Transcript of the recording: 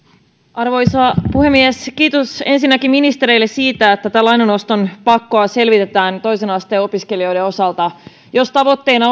arvoisa puhemies ensinnäkin kiitos ministereille siitä että lainannoston pakkoa selvitetään toisen asteen opiskelijoiden osalta jos tavoitteena